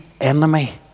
enemy